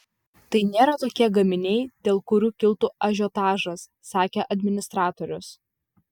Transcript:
tai nėra tokie gaminiai dėl kurių kiltų ažiotažas sakė administratorius